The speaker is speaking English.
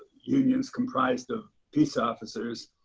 unions comprised of peace officers.